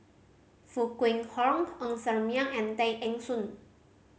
Foo Kwee Horng Ng Ser Miang and Tay Eng Soon